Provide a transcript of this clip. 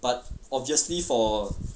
but obviously for